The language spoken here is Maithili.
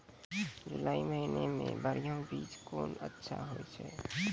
जुलाई महीने मे बढ़िया बीज कौन अच्छा होय छै?